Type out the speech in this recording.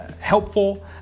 helpful